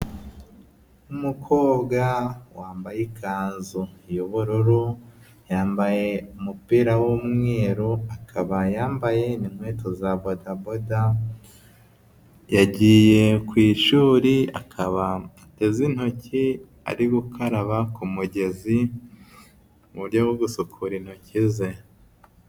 Umukobwa wambaye ikanzu y'ubururu, yambaye umupira w'umweru, akaba yambaye n'inkweto za badaboda, yagiye ku ishuri akaba ateze intoki, ari gukaraba ku mugezi mu buryo bwo gusukura intoki ze.